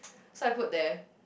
so I put there